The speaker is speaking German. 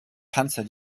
panzer